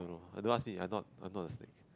don't ask me I am I am not a snake